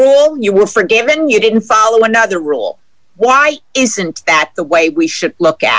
wonder you were forgiven you didn't follow another rule why isn't that the way we should look at